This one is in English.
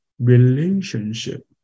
relationship